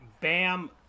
Bam